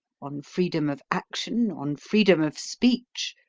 on freedom of action, on freedom of speech,